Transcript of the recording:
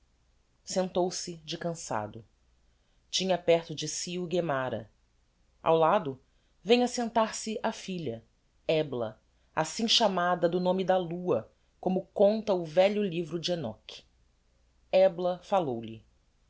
sentou-se de cansado tinha perto de si o guemára ao lado vem assentar-se a filha ebla assim chamada do nome da lua como conta o velho livro de enoch ebla fallou-lhe